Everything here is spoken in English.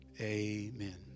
Amen